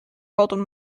goldwyn